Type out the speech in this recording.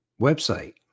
website